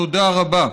תודה רבה.